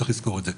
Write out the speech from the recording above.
צריך לזכור את זה.